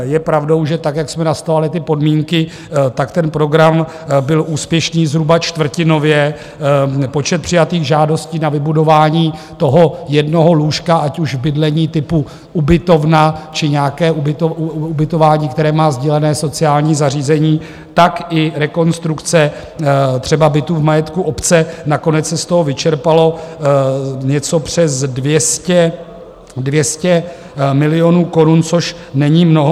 Je pravdou, že tak, jak jsme nastavovali podmínky, ten program byl úspěšný zhruba čtvrtinově, počet přijatých žádostí na vybudování toho jednoho lůžka, ať už bydlení typu ubytovna, či nějaké ubytování, které má sdílené sociální zařízení, tak i rekonstrukce třeba bytů v majetku obce, nakonec se z toho vyčerpalo něco přes 200 milionů korun, což není mnoho.